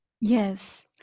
Yes